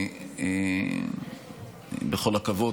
בכל הכבוד,